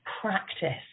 practice